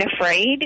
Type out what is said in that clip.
afraid